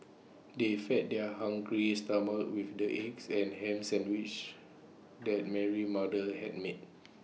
they fed their hungry stomachs with the eggs and Ham Sandwiches that Mary's mother had made